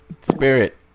spirit